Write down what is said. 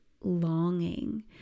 longing